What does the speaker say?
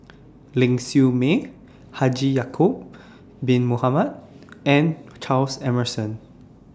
Ling Siew May Haji Ya'Acob Bin Mohamed and Charles Emmerson